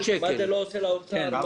מה זה לא עושה לאוצר.